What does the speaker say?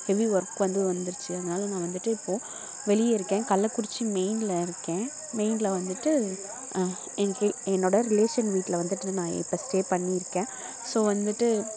heavy work வந்து வந்துருச்சி அதனால் நான் வந்துட்டு இப்போது வெளியே இருக்கேன் கள்ளக்குறிச்சி மெயின்ல இருக்கேன் மெயின்ல வந்துட்டு என் ஃபீ என்னோடய ரிலேஷன் வீட்டில வந்துட்டு நான் இப்போ ஸ்டே பண்ணியிருக்கேன் ஸோ வந்துட்டு